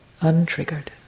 untriggered